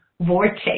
vortex